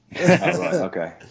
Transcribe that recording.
Okay